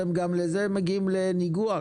אתם גם מזה מגיעים לניגוח?